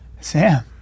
Sam